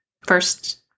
first